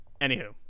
Anywho